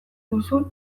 duzu